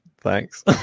thanks